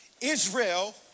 Israel